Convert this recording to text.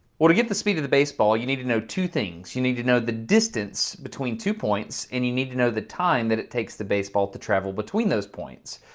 well, to get the speed of the baseball, you need to know two things. you need to know the distance between two points and you need to know the time that it takes the baseball to travel between those points.